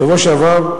בשבוע שעבר,